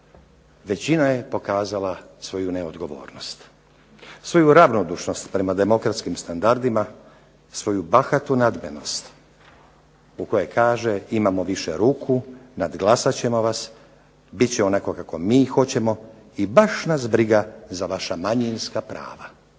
većina je pokazala svoju neodgovornost, svoju ravnodušnost prema demokratskim standardima, svoju bahatu nadmenost u kojoj kaže imamo više ruku, nadglasat ćemo vas, bit će onako kako mi hoćemo i baš nas briga za vaša manjinska prava,